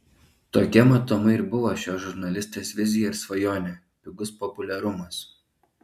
tokia matomai ir buvo šios žurnalistės vizija ir svajonė pigus populiarumas